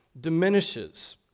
diminishes